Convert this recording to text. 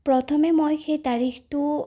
প্ৰথমে মই সেই তাৰিখটো